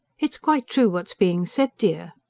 it's quite true what's being said, dear,